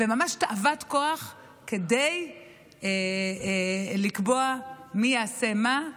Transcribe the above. ממש תאוות כוח כדי לקבוע מי יעשה מה.